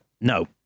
no